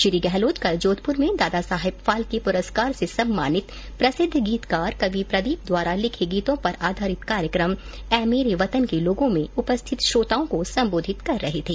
श्री गहलोत कल जोधपुर में दादा साहेब फाल्के पुरस्कार से सम्मानित प्रसिद्ध गीतकार कवि प्रदीप द्वारा लिखे गीतों पर आधारित कार्यक्रम ऐ मेरे वेतन के लोगो में उपस्थित श्रोताओं को सम्बोधित कर रहे थे